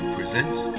presents